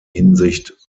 hinsicht